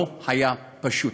לא היה פשוט.